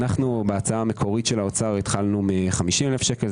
בהצעה המקורית של האוצר התחלנו מ-50,000 שקך.